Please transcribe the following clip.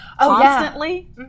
constantly